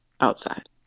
outside